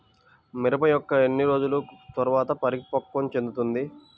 మిరప మొక్క ఎన్ని రోజుల తర్వాత పరిపక్వం చెందుతుంది?